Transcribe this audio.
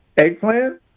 eggplant